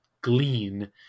glean